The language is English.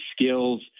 skills